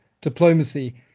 diplomacy